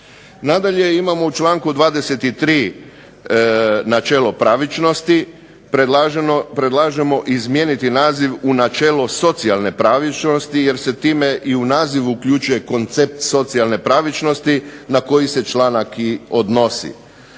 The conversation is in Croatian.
Nadalje imamo u članku 23. načelo pravičnosti. Predlažemo izmijeniti naziv u načelo socijalne pravičnosti jer se time i u naziv uključuje koncept socijalne pravičnosti na koji se članak i odnosi.